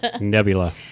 Nebula